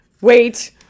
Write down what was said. wait